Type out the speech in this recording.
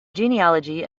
genealogy